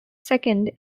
second